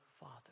Father